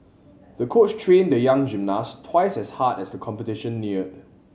the coach trained the young gymnast twice as hard as the competition neared